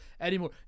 anymore